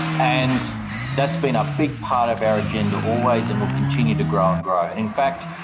and that's been a big part of our agenda always, and will continue to grow and grow. in fact,